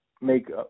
make